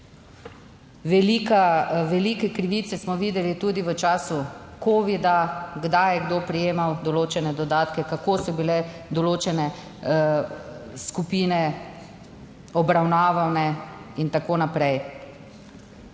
velike krivice smo videli tudi v času covida: kdaj je kdo prejemal določene dodatke, kako so bile določene skupine obravnavane in tako naprej.